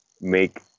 make